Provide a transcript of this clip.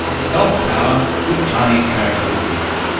soft-power with chinese characteristics.